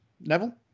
Neville